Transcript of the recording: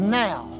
now